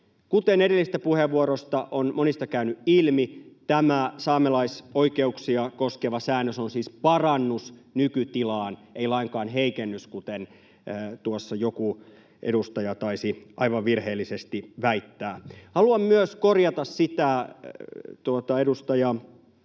edellisistä puheenvuoroista on käynyt ilmi, tämä saamelaisoikeuksia koskeva säännös on siis parannus nykytilaan, ei lainkaan heikennys, kuten tuossa joku edustaja taisi aivan virheellisesti väittää. Haluan myös korjata sitä edustajan